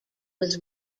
was